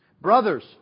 Brothers